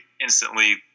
instantly